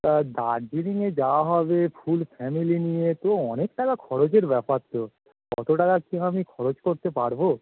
তা দার্জিলিংয়ে যাওয়া হবে ফুল ফ্যামেলি নিয়ে তো অনেক টাকা খরচের ব্যাপার তো অতো টাকা কি আমি খরচ করতে পারবো